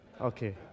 Okay